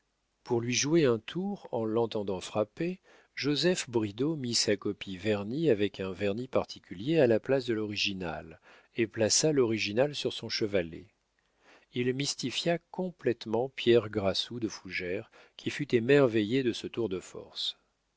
pour lui jouer un tour en l'entendant frapper joseph bridau mit sa copie vernie avec un vernis particulier à la place de l'original et plaça l'original sur son chevalet il mystifia complétement pierre grassou de fougères qui fut émerveillé de ce tour de force